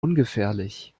ungefährlich